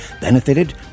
benefited